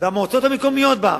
והמועצות המקומיות בארץ,